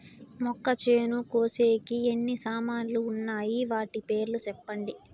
మొక్కచేను కోసేకి ఎన్ని సామాన్లు వున్నాయి? వాటి పేర్లు సెప్పండి?